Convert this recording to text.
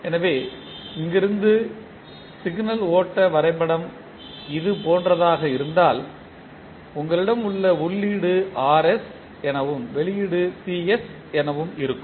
எனவே இங்கிருந்து சிக்னல் ஓட்ட வரைபடம் இதுபோன்றதாக இருந்தால் உங்களிடம் உள்ள உள்ளீடு Rs எனவும் வெளியீடு Cs எனவும் இருக்கும்